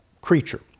creature